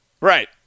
right